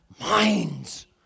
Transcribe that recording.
minds